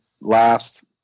last